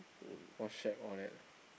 !wah! shag all that